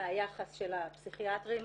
מהיחס של הפסיכיאטרים,